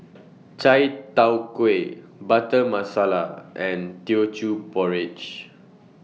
Chai Tow Kway Butter Masala and Teochew Porridge